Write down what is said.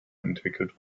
entwickelt